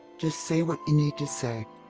just say what you need to say.